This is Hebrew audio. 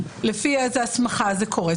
לפי איזה הסמכה זה קורה?